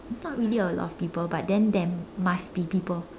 it's not really a lot of people but then there must be people